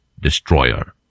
destroyer